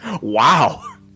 wow